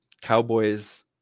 cowboys